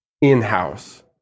in-house